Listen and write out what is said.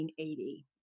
1980